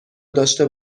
داشته